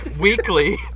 weekly